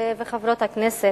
גברתי היושבת-ראש, חברי הכנסת,